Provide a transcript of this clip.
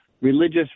religious